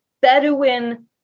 Bedouin